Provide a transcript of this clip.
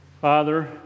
Father